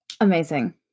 Amazing